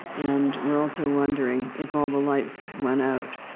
and, we're also wondering, if all the lights went out